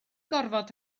gorfod